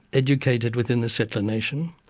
educated within the settler nation,